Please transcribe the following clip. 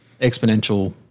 exponential